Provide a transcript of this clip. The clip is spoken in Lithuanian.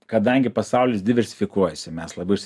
kadangi pasaulis diversifikuojasi mes labai